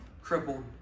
crippled